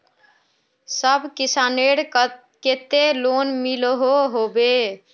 सब किसानेर केते लोन मिलोहो होबे?